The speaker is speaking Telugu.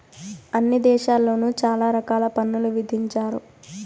అన్ని దేశాల్లోను చాలా రకాల పన్నులు విధించారు